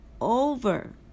over